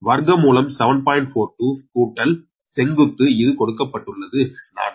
42 கூட்டல் செங்குத்து இது கொடுக்கப்பட்டுள்ளது 4